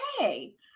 okay